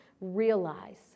realize